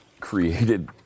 created